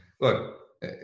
Look